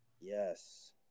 Yes